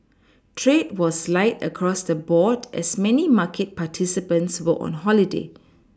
trade was light across the board as many market participants were on holiday